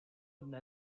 dne